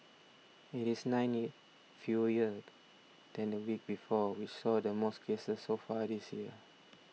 it is nine fewer than the week before which saw the most cases so far this year